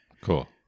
Cool